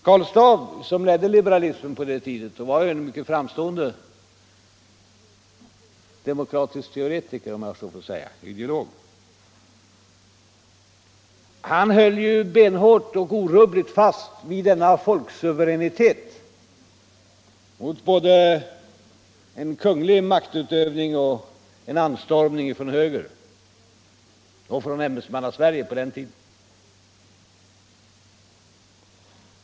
Karl Staaff, som ledde liberalismen på den tiden, var en mycket framstående demokratisk teoretiker eller ideolog. Han höll ju benhårt och orubbligt fast vid folksuveräniteten mot både kunglig maktutövning och anstormning från höger och från Ämbetsmannasverige på den tiden.